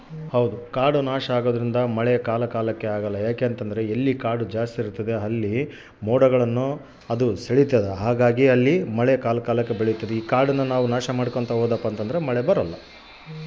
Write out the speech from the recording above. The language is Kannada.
ಕಾಡು ನಾಶ ಆಗೋದ್ರಿಂದ ಮಳೆ ಕಾಲ ಕಾಲಕ್ಕೆ ಆಗಲ್ಲ